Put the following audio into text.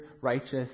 righteous